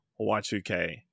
Y2K